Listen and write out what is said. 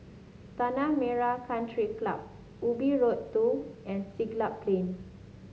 Tanah Merah Country Club Ubi Road Two and Siglap Plain